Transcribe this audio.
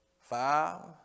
Five